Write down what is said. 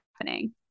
happening